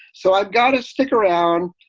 so i've got to stick around.